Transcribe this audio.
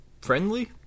friendly